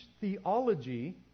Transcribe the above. theology